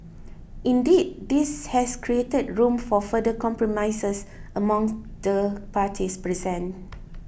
indeed this has created room for further compromises amongst the parties present